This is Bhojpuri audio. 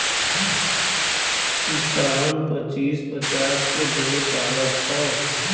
किसान पचीस पचास ठे भेड़ पालत हौ